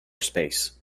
space